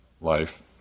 life